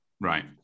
right